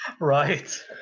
Right